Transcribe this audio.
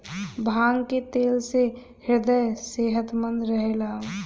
भांग के तेल से ह्रदय सेहतमंद रहेला